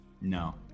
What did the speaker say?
No